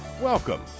Welcome